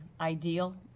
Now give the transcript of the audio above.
ideal